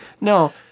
no